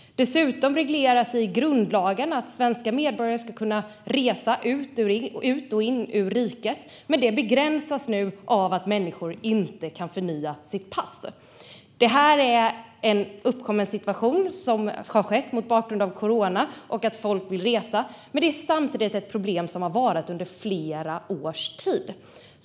Dessutom regleras i grundlagen att svenska medborgare ska kunna resa ut ur och in i riket, men det begränsas nu av att människor inte kan förnya sitt pass. Den här situationen har uppkommit mot bakgrund av coronapandemin och att folk vill resa. Samtidigt är det ett problem som har funnits under flera års tid.